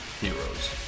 heroes